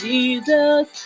Jesus